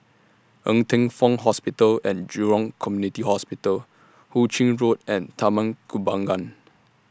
Ng Teng Fong Hospital and Jurong Community Hospital Hu Ching Road and Taman Kembangan